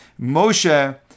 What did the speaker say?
Moshe